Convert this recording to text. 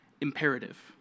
imperative